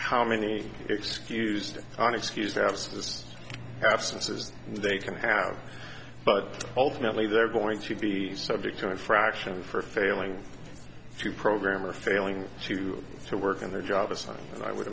how many excused an excused absence of sensors they can have but ultimately they're going to be subject to a fraction for failing to program or failing to to work on their job or something and i would